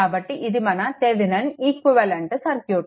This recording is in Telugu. కాబట్టి ఇది మన థెవెనిన్ ఈక్వివలెంట్ సర్క్యూట్